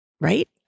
right